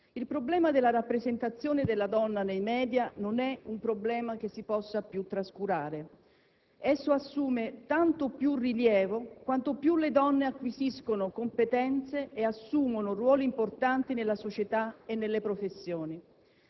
il problema della rappresentazione della donna nei *media* non è un problema che si possa più trascurare. Esso assume tanto più rilievo quanto più le donne acquisiscono competenze e assumono ruoli importanti nella società e nelle professioni.